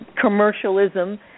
commercialism